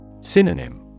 Synonym